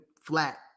flat